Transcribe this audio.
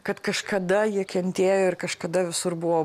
kad kažkada jie kentėjo ir kažkada visur buvo